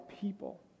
people